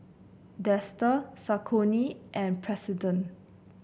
Dester Saucony and President